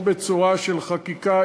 או בצורה של חקיקה,